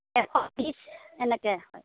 এশ বিশ এনেকৈ হয়